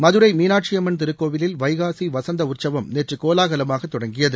மதுரை மீனாட்சி அம்மன் திருக்கோவிலில் வைகாசி வசந்த உற்சவம் நேற்று கோலாகலமாக தொடங்கியது